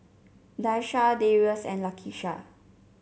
Daisha Darius and Lakisha